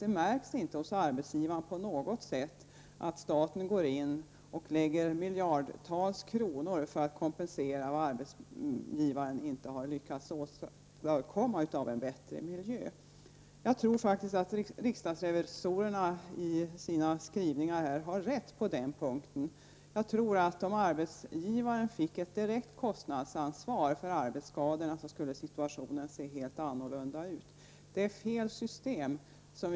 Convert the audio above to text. Det märks inte på något sätt hos arbetsgivaren att staten går in och lägger till miljardtals kronor för att kompensera vad arbetsgivaren inte har lyckats åstadkomma i form av en bättre arbetsmiljö. Jag tror faktiskt att riksdagsrevisorerna i sina skrivningar har rätt på den punkten. Jag tror att situationen skulle se helt annorlunda ut om arbetsgivaren fick ett direkt kostnadsansvar för arbetsskadorna.